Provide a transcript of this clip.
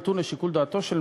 מוצע גם להטיל על המנהל